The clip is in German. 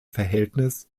verhältnis